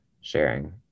sharing